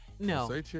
No